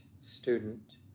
student